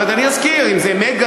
אבל אני אזכיר אם "מגה",